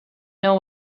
know